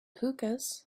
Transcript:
hookahs